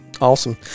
awesome